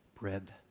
bread